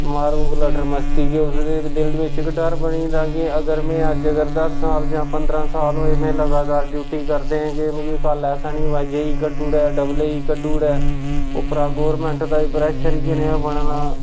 मारोग लटर मस्ती के उसदे दिल बिच्च इक डर बनी गेदा के अगर में अज्ज अगर दस साल जां पंदरां साल होए में लगातार ड्यूटी करदें के मिगी कल्ल ऐसा निं होऐ जे ई कड्डुड़ै डबल ए ई कड्डुड़ै उप्परा गौरमैंट दा बी प्रैशर इ'यै नेहा बने दा